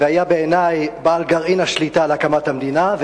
והיה בעיני בעל גרעין השליטה על הקמת המדינה,